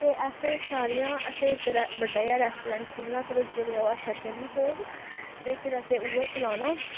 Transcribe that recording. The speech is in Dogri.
ते असें सारियां असें इक बड्डा जेहा रेस्टोरैंट खोल्लना फिर ओह् जेल्लै ओह् अच्छा चली पौग ते फिर असें उ'ऐ चलाना